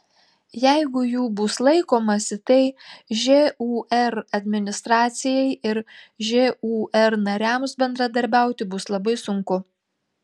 jeigu jų bus laikomasi tai žūr administracijai ir žūr nariams bendradarbiauti bus labai sunku